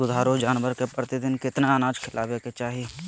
दुधारू जानवर के प्रतिदिन कितना अनाज खिलावे के चाही?